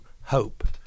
hope